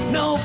no